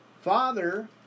Father